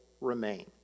remain